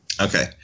Okay